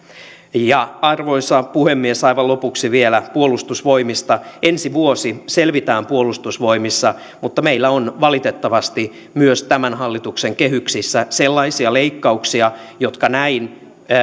arvoisa puhemies aivan lopuksi vielä puolustusvoimista ensi vuosi selvitään puolustusvoimissa mutta meillä on valitettavasti myös tämän hallituksen kehyksissä sellaisia leikkauksia jotka näin